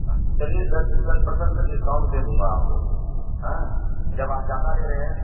अ चलिए दस दस पर्सेन्ट का डिस्काउंट दे दूँगा आपको हाँ जब आप ज़्यादा ले रहे हैं